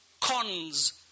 cons